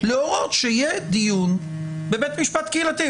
שיהיה דיון בבית משפט קהילתי?